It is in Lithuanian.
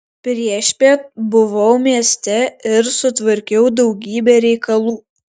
priešpiet buvau mieste ir sutvarkiau daugybę reikalų